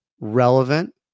relevant